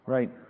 Right